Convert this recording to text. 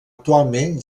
actualment